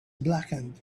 blackened